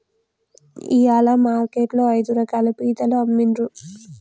ఇయాల మార్కెట్ లో ఐదు రకాల పీతలు అమ్మిన్రు